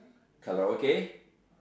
Karaoke